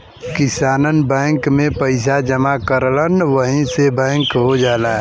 किसानन बैंक में पइसा जमा करलन वही पे बीमा हो जाला